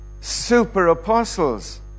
super-apostles